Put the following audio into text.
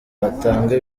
batanga